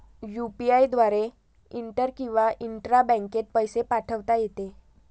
UPI द्वारे inter किंवा intra बँकेत पैसे पाठवता येते